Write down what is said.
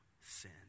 sin